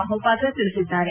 ಮಹೋಪಾತ್ರ ತಿಳಿಸಿದ್ದಾರೆ